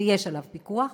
ויש על מחירו פיקוח,